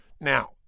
Now